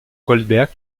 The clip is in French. goldberg